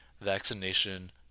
vaccination